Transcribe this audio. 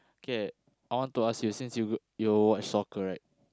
okay I want to ask you since you you watch soccer right